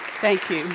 thank you